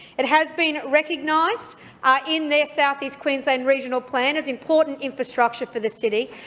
it has been recognised in their south east queensland regional plan as important infrastructure for the city,